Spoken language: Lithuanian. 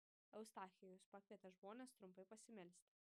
eustachijus pakvietė žmones trumpai pasimelsti